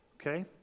Okay